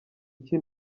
iki